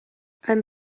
han